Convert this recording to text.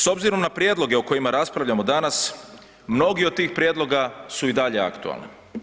S obzirom na prijedloge o kojima raspravljamo danas mnogi od tih prijedloga su i dalje aktualni.